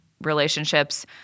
relationships